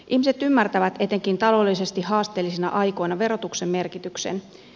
ihmiset ymmärtävät etenkin taloudellisesti haasteellisina aikoina verotuksen merkityksen